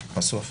משרד